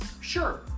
Sure